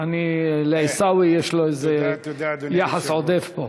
לעיסאווי יש איזה יחס עודף פה.